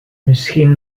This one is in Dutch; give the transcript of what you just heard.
misschien